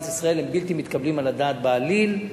ישראל הם בלתי מתקבלים על הדעת בעליל,